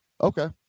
Okay